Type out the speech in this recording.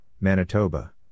Manitoba